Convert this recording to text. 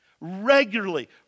regularly